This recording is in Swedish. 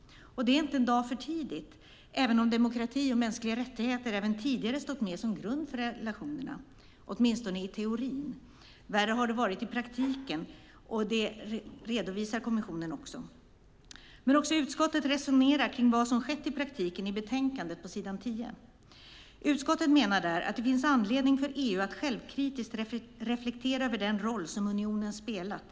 Det är inte en dag för tidigt, även om demokrati och mänskliga rättigheter också tidigare har stått med som grund för relationerna - åtminstone i teorin. Värre har det varit i praktiken, vilket kommissionen också redovisar. Även utskottet resonerar i utlåtandet på s. 10 om vad som har skett i praktiken. Utskottet menar där att det finns anledning för EU att självkritiskt reflektera över den roll som unionen har spelat.